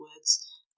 Words